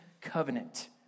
covenant